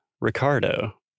Ricardo